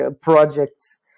projects